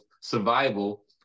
survival